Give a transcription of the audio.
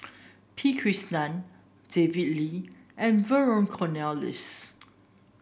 P Krishnan David Lee and Vernon Cornelius